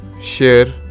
share